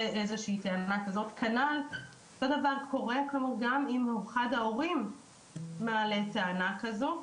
טענה כזאת אותו דבר קורה אם אחד ההורים מעלה טענה כזו,